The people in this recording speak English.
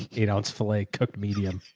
eight ounce filet cooked medium.